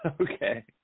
Okay